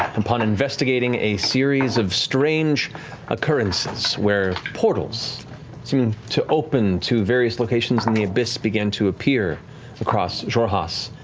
upon investigating a series of strange occurrences, where portals seemed to open to various locations and the abyss began to appear across xhorhas,